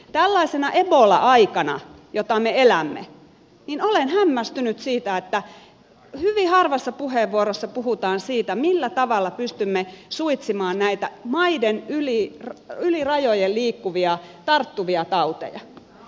tällaisena ebola aikana jota me elämme olen hämmästynyt siitä että hyvin harvassa puheenvuorossa puhutaan siitä millä tavalla pystymme suitsimaan näitä yli maiden rajojen liikkuvia tarttuvia tauteja